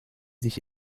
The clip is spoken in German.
sich